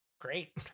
great